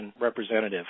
representative